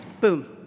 boom